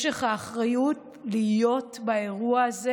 יש לך אחריות להיות באירוע הזה